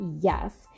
yes